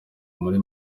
muri